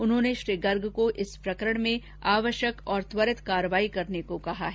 उन्होंने श्री गर्ग को इस प्रकरण में आवश्यक और त्वरित कार्रवाई करने को कहा है